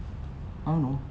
I don't know